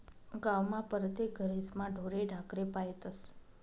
गावमा परतेक घरेस्मा ढोरे ढाकरे पायतस